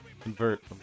convert